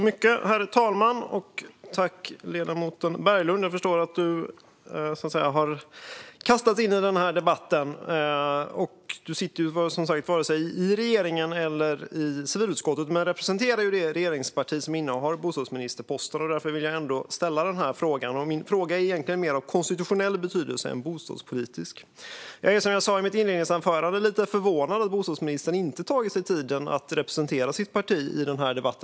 Herr talman! Jag vill tacka ledamoten Berglund. Jag förstår att du har kastats in i den här debatten. Du sitter som sagt inte i vare sig regeringen eller civilutskottet, men du representerar det regeringsparti som innehar bostadsministerposten. Därför vill jag ändå ställa min fråga, som egentligen har mer av konstitutionell betydelse än bostadspolitisk. Som jag sa i mitt anförande är jag lite förvånad över att bostadsministern inte har tagit sig tiden att representera sitt parti i den här debatten.